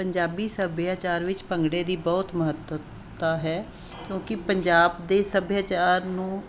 ਪੰਜਾਬੀ ਸੱਭਿਆਚਾਰ ਵਿੱਚ ਭੰਗੜੇ ਦੀ ਬਹੁਤ ਮਹੱਤਤਾ ਹੈ ਕਿਉਂਕਿ ਪੰਜਾਬ ਦੇ ਸੱਭਿਆਚਾਰ ਨੂੰ